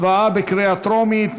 הצבעה בקריאה טרומית.